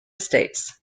states